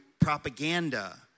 propaganda